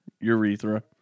urethra